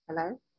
Hello